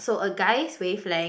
so a guys wavelength